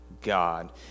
God